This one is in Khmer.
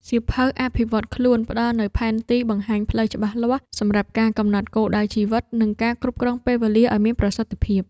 សៀវភៅអភិវឌ្ឍខ្លួនផ្ដល់នូវផែនទីបង្ហាញផ្លូវច្បាស់លាស់ សម្រាប់ការកំណត់គោលដៅជីវិត និងការគ្រប់គ្រងពេលវេលាឱ្យមានប្រសិទ្ធភាព។